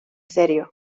serio